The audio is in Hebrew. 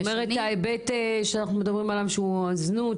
ההיבט שאנחנו מדברים עליו שהוא הזנות,